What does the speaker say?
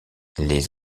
les